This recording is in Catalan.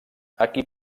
aquí